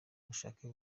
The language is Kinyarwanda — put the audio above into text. mushake